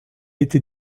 été